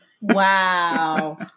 Wow